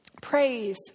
praise